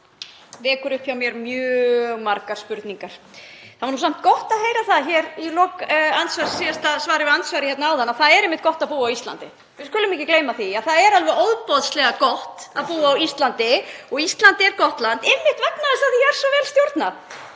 vekur upp hjá mér mjög margar spurningar. Það var samt gott að heyra í síðasta svari við andsvari hér áðan að það er einmitt gott að búa á Íslandi. Við skulum ekki gleyma því. Það er alveg ofboðslega gott að búa á Íslandi og Ísland er gott land einmitt vegna þess að því er svo vel stjórnað.